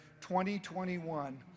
2021